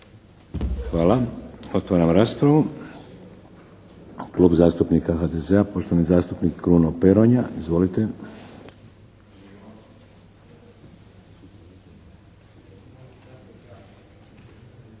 Hvala. Otvaram raspravu. Klub zastupnika HDZ-a, poštovani zastupnik Kruno Peronja. Izvolite.